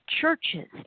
churches